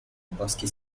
boschi